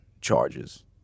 charges